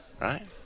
Right